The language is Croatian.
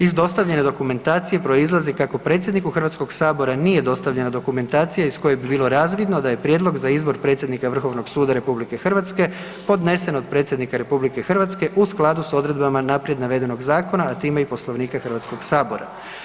Iz dostavljene dokumentacije proizlazi kako predsjedniku Hrvatskog sabora nije dostavljena dokumentacija iz koje bi bilo razvidno da je prijedlog za izbor predsjednika Vrhovnog suda RH podnesen od Predsjednik RH u skladu sa odredbama naprijed navedenog zakona a time i Poslovnika Hrvatskog sabora.